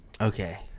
Okay